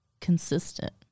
consistent